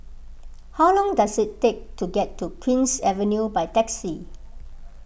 how long does it take to get to Queen's Avenue by taxi